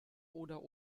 oder